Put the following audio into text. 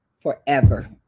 forever